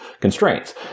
constraints